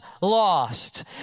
lost